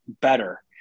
better